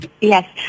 Yes